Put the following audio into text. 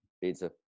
pizza